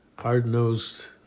hard-nosed